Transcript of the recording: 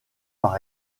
par